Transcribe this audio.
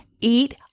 Eat